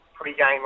pre-game